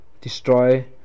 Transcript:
destroy